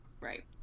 Right